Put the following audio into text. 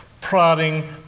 prodding